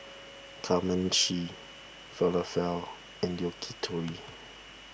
Kamameshi Falafel and Yakitori